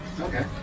Okay